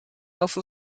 also